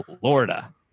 florida